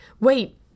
wait